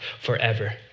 forever